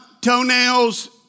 toenails